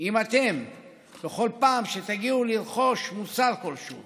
אם בכל פעם שתגיעו לרכוש מוצר כלשהו